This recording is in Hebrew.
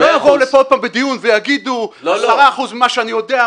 שלא יבואו לפה עוד פעם לדיון ויגידו 10% ממה שאני יודע,